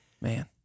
Man